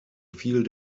fiel